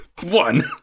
One